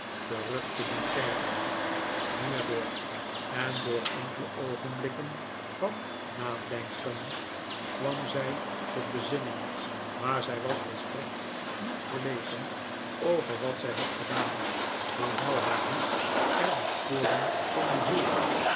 terug te doen geven hierdoor en door enkele oogenblikken van nadenken kwam zij tot bezinning maar zij was volstrekt niet verlegen over wat zij had gedaan hoewel haar hoed er de sporen van behield